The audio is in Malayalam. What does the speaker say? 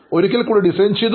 ഒരിക്കൽ കൂടി ഡിസൈൻ ചെയ്തു